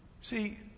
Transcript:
See